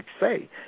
say